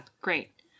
great